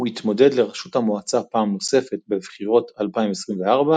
הוא התמודד לראשות המועצה פעם נוספת בבחירות 2024,